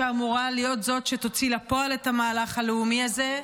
שאמורה להיות זאת שתוציא לפועל את המהלך הלאומי הזה,